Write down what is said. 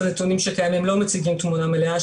הנתונים שקיימים לא מציגים תמונה מלאה,